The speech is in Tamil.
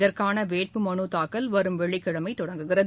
இதற்கானவேட்பு மனுதாக்கல் வரும் வெள்ளிக்கிழமைதொடங்குகிறது